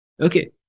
Okay